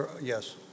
Yes